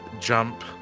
jump